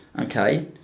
okay